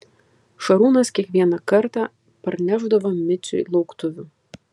šarūnas kiekvieną kartą parnešdavo miciui lauktuvių